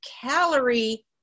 calorie